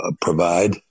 provide